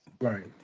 right